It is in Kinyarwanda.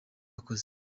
yakoze